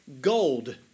gold